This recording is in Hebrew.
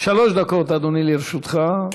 שלוש דקות, אדוני, לרשותך.